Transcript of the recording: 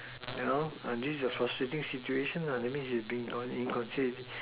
ya lor uh this is a frustrating situation nah that means you're being